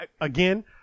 Again